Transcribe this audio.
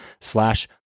slash